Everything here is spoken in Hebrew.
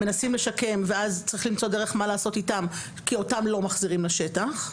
מנסים לשקם ואז צריך למצוא דרך מה לעשות איתם כי אותם לא מחזירים לשטח.